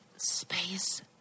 Space